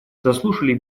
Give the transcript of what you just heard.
заслушали